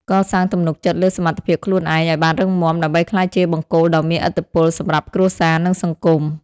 កសាងទំនុកចិត្តលើសមត្ថភាពខ្លួនឯងឱ្យបានរឹងមាំ ដើម្បីក្លាយជាបង្គោលដ៏មានឥទ្ធិពលសម្រាប់គ្រួសារ និងសង្គម។